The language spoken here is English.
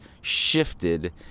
shifted